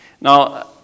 Now